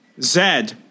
Zed